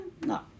No